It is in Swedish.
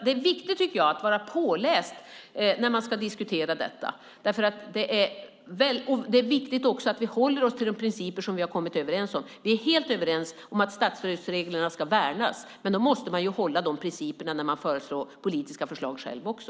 Det är viktigt att vara påläst när man ska diskutera detta. Det är också viktigt att vi håller oss till de principer som vi har kommit överens om. Vi är helt överens om att statsstödsreglerna ska värnas. Men då måste man hålla de principerna när man föreslår politiska förslag själv också.